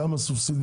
כמה זה בכסף?